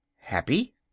Happy